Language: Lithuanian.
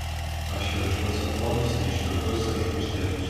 aš veržiuos į tolius neištirtus ir žvaigždėtus